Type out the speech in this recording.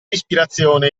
ispirazione